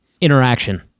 interaction